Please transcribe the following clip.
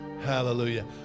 hallelujah